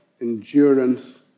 endurance